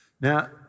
Now